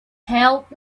help